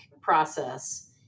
process